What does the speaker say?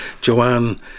Joanne